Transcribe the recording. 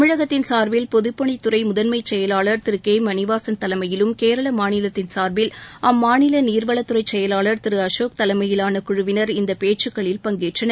தமிழகத்தின் சாா்பில் பொதுப்பணித்துறை முதன்மை செயலாளர் திரு கே மணிவாசன் தலைமயிலும் னேளா மாநிலத்தின் சார்பில் அம்மாநில நீர்வளத்துறை செயலாளர் திரு அசேக் தலைமையிலான குழலினர் இந்த பேச்சுக்களில் பங்கேற்றனர்